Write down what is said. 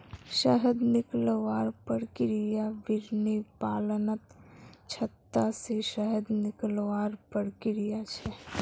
शहद निकलवार प्रक्रिया बिर्नि पालनत छत्ता से शहद निकलवार प्रक्रिया छे